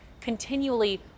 continually